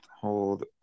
hold